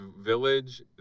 Village